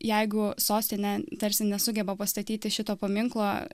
jeigu sostinė tarsi nesugeba pastatyti šito paminklo